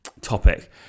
topic